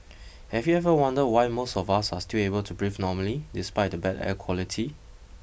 have you ever wondered why most of us are still able to breathe normally despite the bad air quality